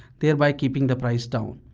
thereby keeping the price down.